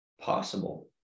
possible